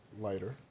lighter